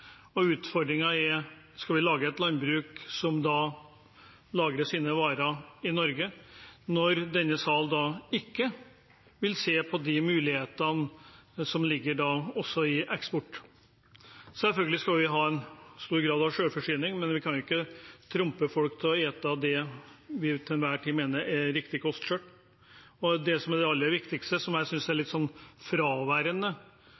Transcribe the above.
er om vi skal lage et landbruk som lagrer sine varer i Norge, når denne sal ikke vil se på de mulighetene som ligger også i eksport. Selvfølgelig skal vi ha en stor grad av selvforsyning, men vi kan ikke trumfe folk til å ete det vi til enhver tid mener er riktig kost selv. Det som er det aller viktigste, som jeg syns er